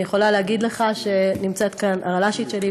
אני יכולה להגיד לך שנמצאת כאן הרל"שית שלי,